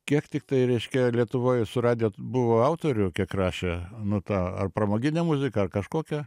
kiek tiktai reiškia lietuvoj suradę buvo autorių kiek rašė nu tą ar pramoginę muziką ar kažkokią